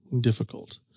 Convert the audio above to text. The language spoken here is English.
difficult